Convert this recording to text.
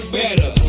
better